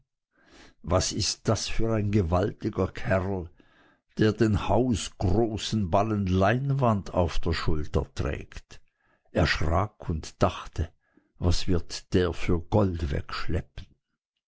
was ist das für ein gewaltiger kerl der den hausgroßen ballen leinwand auf der schulter trägt erschrak und dachte was wird der für gold wegschleppen